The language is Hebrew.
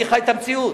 אני חי את המציאות.